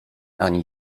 ani